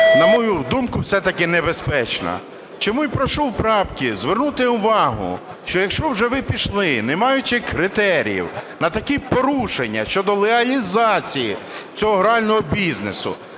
на мою думку, все-таки небезпечно. Чому і прошу у правці звернути увагу, що якщо вже ви пішли, не маючи критеріїв, на такі порушення щодо легалізації цього грального бізнесу,